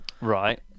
Right